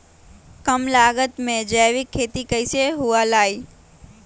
कम लागत में जैविक खेती कैसे हुआ लाई?